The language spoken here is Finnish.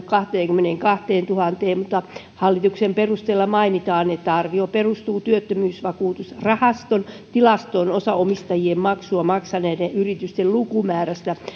kahteenkymmeneenkahteentuhanteen niin hallituksen esityksessä mainitaan että arvio perustuu työttömyysvakuutusrahaston tilastoon osaomistajien maksua maksaneiden yritysten lukumäärästä